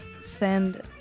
send